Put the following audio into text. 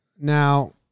Now